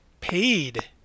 Paid